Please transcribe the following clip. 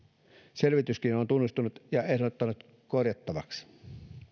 selvityskin on on tunnustanut ja ehdottanut korjattavaksi